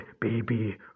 baby